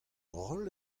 roll